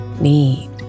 need